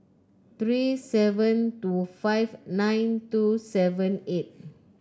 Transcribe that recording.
three seven two five nine two seven eight